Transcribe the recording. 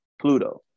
Pluto